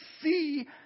see